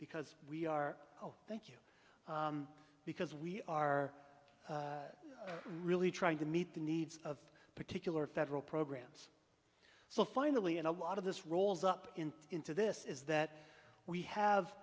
because we are oh thank you because we are really trying to meet the needs of particular federal programs so finally and a lot of this rolls up in into this is that we have